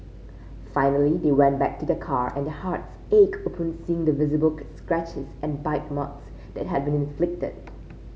finally they went back to their car and their hearts ached upon seeing the visible scratches and bite marks that had been inflicted